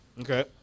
Okay